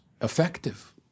effective